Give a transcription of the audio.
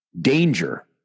danger